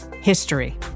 history